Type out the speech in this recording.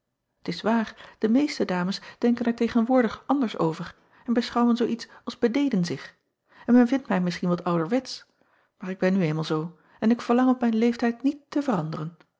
t s waar de meeste dames denken er tegenwoordig anders over en beschouwen zoo iets als beneden zich en men vindt mij misschien wat ouwerwetsch maar ik ben nu eenmaal zoo en ik verlang op mijn leeftijd niet te veranderen